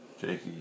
Jakey